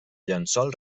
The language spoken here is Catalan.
llençol